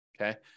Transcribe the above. okay